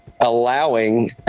allowing